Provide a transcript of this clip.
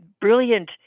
brilliant